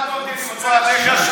אתה שאלת אותי, אני רוצה להשיב לך.